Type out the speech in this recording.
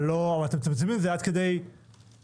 אבל אתם מצמצמים את זה עד כדי כלום.